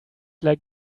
like